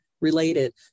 Related